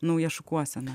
nauja šukuosena